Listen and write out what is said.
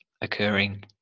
occurring